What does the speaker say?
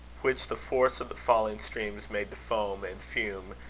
which the force of the falling streams made to foam, and fume,